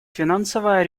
финансовое